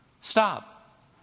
stop